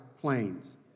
planes